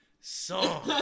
song